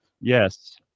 Yes